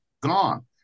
gone